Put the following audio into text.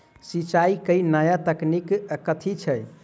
सिंचाई केँ नया तकनीक कथी छै?